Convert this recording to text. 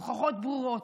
הוכחות ברורות,